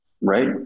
right